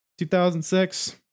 2006